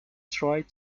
tried